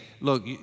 look